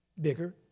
Bigger